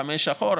חמש שנים אחורה,